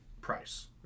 price